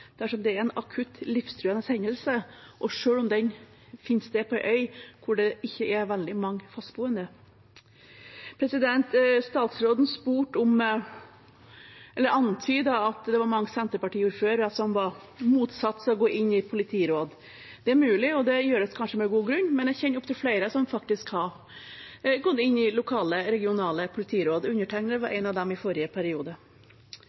dersom det er en akutt, livstruende hendelse, og selv om den finner sted på en øy der det ikke er veldig mange fastboende? Statsråden antydet at det var mange Senterparti-ordførere som motsatte seg å gå inn i politiråd. Det er mulig, og det gjøres kanskje med god grunn, men jeg kjenner opptil flere som faktisk har gått inn i lokale/regionale politiråd. Undertegnede var en av dem i forrige periode.